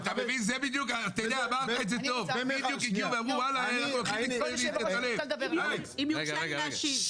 אם יורשה לי להשיב.